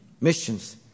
missions